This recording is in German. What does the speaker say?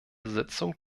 sitzung